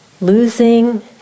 Losing